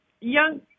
young